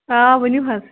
آ ؤنِو حظ